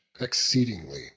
exceedingly